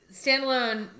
standalone